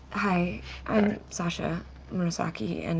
hi, i'm sasha murasaki, and